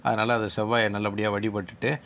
அதனால் அதை செவ்வாயை நல்லபடியாக வழிபட்டுவிட்டு